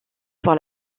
pour